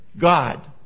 God